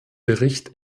bericht